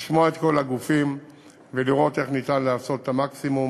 לשמוע את כל הגופים ולראות איך ניתן לעשות את המקסימום